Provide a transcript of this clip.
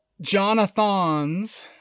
Jonathan's